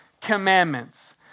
commandments